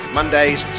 Mondays